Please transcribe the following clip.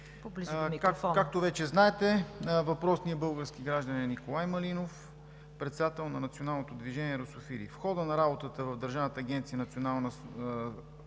Както вече знаете, въпросният български гражданин е Николай Малинов, председател на Националното движение „Русофили“. В хода на работата в Държавна агенция „Национална